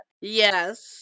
Yes